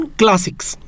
classics